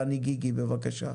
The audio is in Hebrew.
דני גיגי בבקשה.